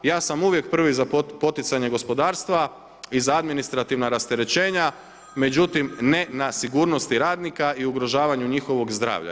Ja sam uvijek prvi za poticanje gospodarstva i za administrativna rasterećenje, međutim ne na sigurnosti radnika i ugrožavanju njihovog zdravlja.